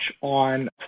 on